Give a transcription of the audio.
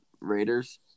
Raiders